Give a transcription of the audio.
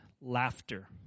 laughter